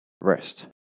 rest